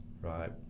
right